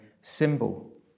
symbol